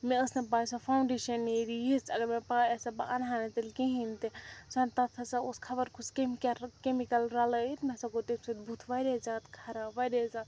مےٚ ٲس نہٕ پاے سۄ فانٛوڈیشن نیرِ یِژھ اَگر مےٚ پاے آس ہا بہٕ اَنہٕ ہا نہٕ تیٚلہِ کِہیٖنۍ تہِ سۄ تَتھ ہَسا اوس خَبر کُس کیٚمِکل کیٚمِکل رَلٲیِتھ مےٚ ہَسا گوٚو تَمہِ سۭتۍ بُتھ واریاہ زیادٕ خراب واریاہ زیادٕ